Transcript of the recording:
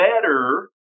better